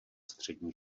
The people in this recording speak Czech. střední